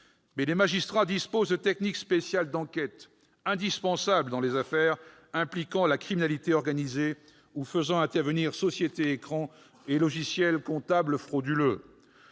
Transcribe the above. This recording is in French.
Mais les magistrats disposent de techniques spéciales d'enquête indispensables dans les affaires impliquant la criminalité organisée ou faisant intervenir sociétés-écrans et logiciels comptables frauduleux.